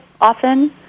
often